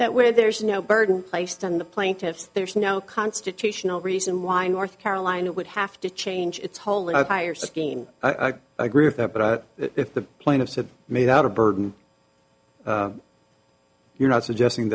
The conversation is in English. that where there is no burden placed on the plaintiffs there's no constitutional reason why north carolina would have to change its whole and i tire scheme i do agree with that but if the plane of said made out of burden you're not suggesting